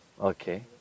Okay